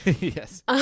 yes